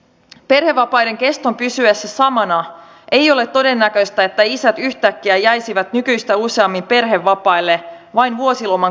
perhevapaiden keston pysyessä samana ei ole todennäköistä että isät yhtäkkiä jäisivät nykyistä useammin perhevapaille vain vuosiloman kartuttamisen takia